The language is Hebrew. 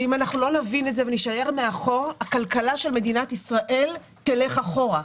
אם לא נבין את זה ונישאר מאחור הכלכלה של מדינת ישראל תלך אחורה.